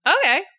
Okay